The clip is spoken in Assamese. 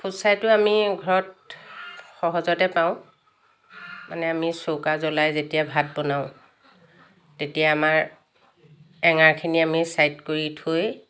ফুটছাইটো আমি ঘৰত সহজতে পাওঁ মানে আমি চৌকা জ্বলাই যেতিয়া ভাত বনাওঁ তেতিয়া আমাৰ এঙাৰখিনি আমি ছাইড কৰি থৈ